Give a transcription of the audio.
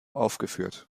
aufgeführt